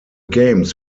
games